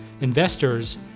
Investors